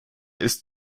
ist